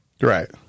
right